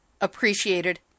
appreciated